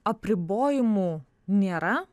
apribojimų nėra